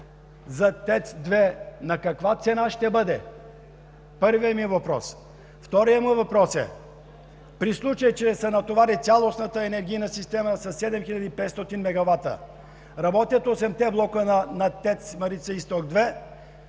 за ТЕЦ – 2, на каква цена ще бъде? Първият ми въпрос. Вторият мой въпрос е: в случай че се натовари цялостната енергийна система със 7500 мегавата, работят осемте блока на „ТЕЦ Марица изток 2“,